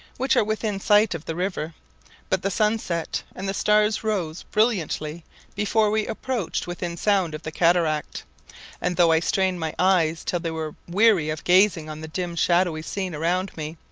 which are within sight of the river but the sun set, and the stars rose brilliantly before we approached within sound of the cataract and though i strained my eyes till they were weary of gazing on the dim shadowy scene around me,